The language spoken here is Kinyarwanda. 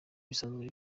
bisanzwe